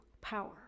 power